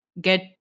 get